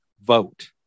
vote